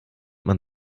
man